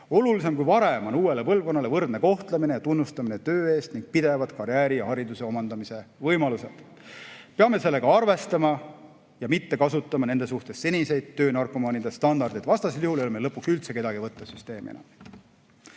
Olulisem kui varem on uuele põlvkonnale võrdne kohtlemine ja tunnustamine töö eest ning pidevad karjääri‑ ja hariduse omandamise võimalused. Peame sellega arvestama ja mitte kasutama nende suhtes seniseid töönarkomaanide standardeid. Vastasel juhul ei ole meil lõpuks enam üldse kedagi süsteemi võtta.